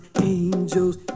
angels